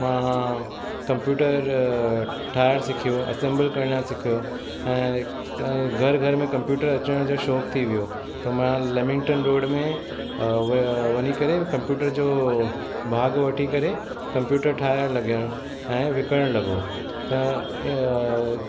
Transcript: मां कंप्यूटर ठाहिणु सिखियो असेम्बल करणु सिखियो ऐं घर घर में कंप्यूटर अचण जो शौक़ थी वियो त मां लेमिंगटन रोड में उहे वञी करे कंप्यूटर जो भाग वठी करे कंप्यूटर ठाहिणु लॻियमि ऐं विकिरणु लॻो त इहो